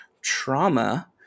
Trauma